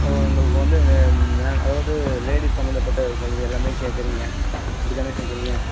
ஓ உங்களுக்கு வந்து மே அதாவது லேடிஸ் சம்மந்தப்பட்ட உங்களுது எல்லாமே கேட்குறீங்க அப்படி தானே கேட்குறீங்க